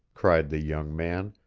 cried the young man,